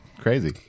Crazy